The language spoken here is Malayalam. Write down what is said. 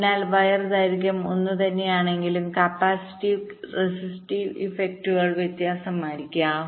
അതിനാൽ വയർ ദൈർഘ്യം ഒന്നുതന്നെയാണെങ്കിലും കപ്പാസിറ്റീവ് റെസിസ്റ്റീവ് ഇഫക്റ്റുകൾ വ്യത്യസ്തമായിരിക്കാം